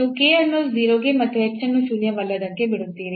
ನೀವು k ಅನ್ನು 0 ಗೆ ಮತ್ತು h ಅನ್ನು ಶೂನ್ಯವಲ್ಲದಕ್ಕೆ ಬಿಡುತ್ತೀರಿ